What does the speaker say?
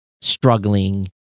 struggling